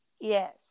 Yes